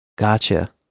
Gotcha